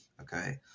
okay